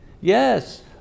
yes